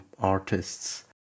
artists